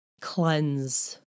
cleanse